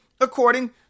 according